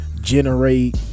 generate